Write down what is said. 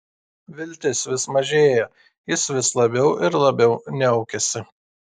viltis vis mažėja jis vis labiau ir labiau niaukiasi